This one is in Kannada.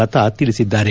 ಲತಾ ತಿಳಿಸಿದ್ದಾರೆ